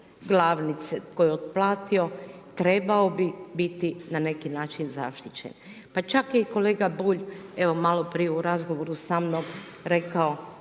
glavnice koju je otplatio, trebao bi biti na neki način zaštićen. Pa čak je i kolega Bulj, evo maloprije u razgovoru samnom rekao,